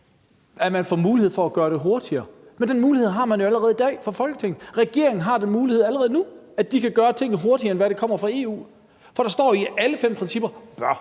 at man får mulighed for at gøre det hurtigere. Men den mulighed har Folketinget jo allerede i dag. Regeringen har den mulighed allerede nu, at de kan gøre tingene hurtigere, end hvad der kommer fra EU. For der står i alle fem principper: